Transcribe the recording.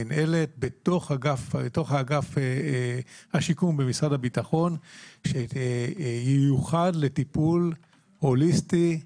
מינהלת בתוך אגף השיקום במשרד הביטחון שתיוחד לטיפול הוליסטי,